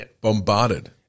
bombarded